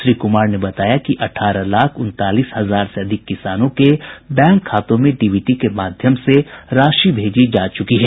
श्री कुमार ने बताया कि अठारह लाख उनतालीस हजार से अधिक किसानों के बैंक खातों में डीबीटी के माध्यम से राशि भेजी जा चुकी है